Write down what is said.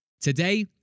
Today